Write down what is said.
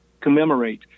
commemorate